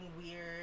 weird